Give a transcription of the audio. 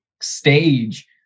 stage